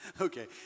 Okay